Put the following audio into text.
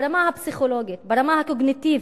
ברמה הפסיכולוגית,